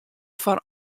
foar